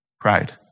pride